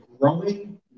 growing